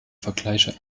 vergleiche